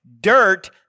dirt